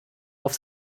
auf